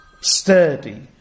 sturdy